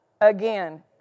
again